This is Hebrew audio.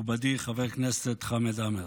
מכובדי חבר הכנסת חמד עמאר,